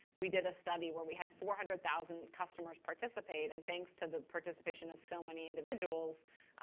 we did a study where we had four hundred thousand customers participate. and thanks to the participation of so many individuals,